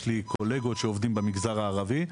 יש לי קולגות שעובדים במגזר הערבי,